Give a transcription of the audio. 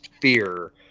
fear